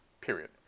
period